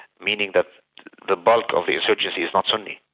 meaning that the bulk of the insurgency is not sunny,